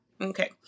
okay